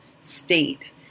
state